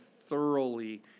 thoroughly